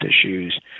issues